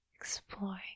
Exploring